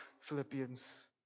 Philippians